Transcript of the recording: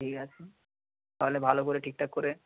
ঠিক আছে তাহলে ভালো করে ঠিক ঠাক করে